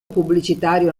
pubblicitario